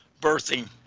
birthing